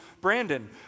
Brandon